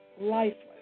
lifeless